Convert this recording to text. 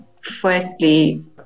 firstly